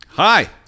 Hi